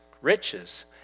riches